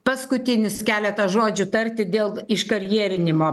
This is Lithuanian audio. paskutinius keletą žodžių tarti dėl iškarjerinimo